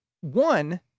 one